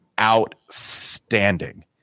outstanding